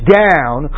down